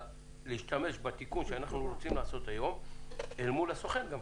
להשתמש בתיקון שאנחנו רוצים לעשות היום גם אל מול הסוכן.